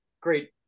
great